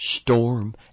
Storm